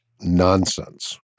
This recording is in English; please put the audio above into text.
nonsense